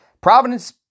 Providence